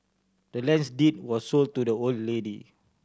the land's deed was sold to the old lady